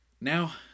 Now